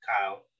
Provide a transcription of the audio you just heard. Kyle